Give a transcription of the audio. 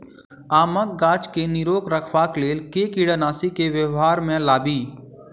आमक गाछ केँ निरोग रखबाक लेल केँ कीड़ानासी केँ व्यवहार मे लाबी?